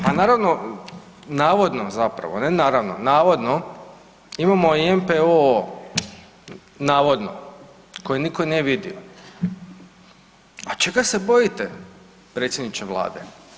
Pa naravno, navodno zapravo ne naravno, navodno imamo i NPOO navodno koji niko nije vidio, a čega se bojite predsjedniče vlade?